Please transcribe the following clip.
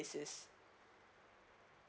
basis